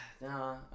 nah